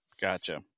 gotcha